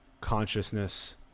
consciousness